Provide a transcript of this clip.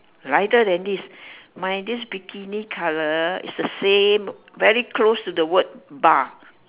lighter than this my this bikini colour is the same very close to the word bar